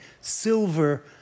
silver